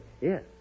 Yes